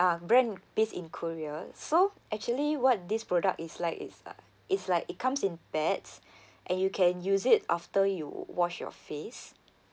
uh brand based in korea so actually what this product is like it's uh it's like it comes in pads and you can use it after you wash your face